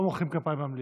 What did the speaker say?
לא מוחאים כפיים במליאה.